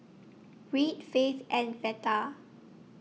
Reid Faith and Veta